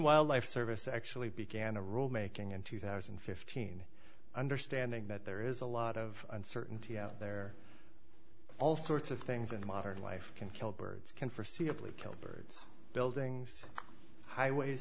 wildlife service actually began a rulemaking in two thousand and fifteen understanding that there is a lot of uncertainty out there all sorts of things in modern life can kill birds can forseeable it kill birds buildings highways